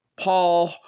Paul